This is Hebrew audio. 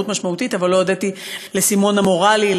משמעותית אבל לא הודיתי לסימונה מורלי,